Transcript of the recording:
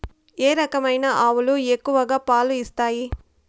ఏ రకమైన ఆవులు ఎక్కువగా పాలు ఇస్తాయి?